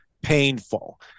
painful